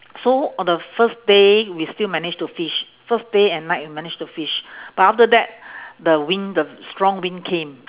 so on the first day we still managed to fish first day and night we managed to fish but after that the wind the strong wind came